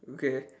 mm K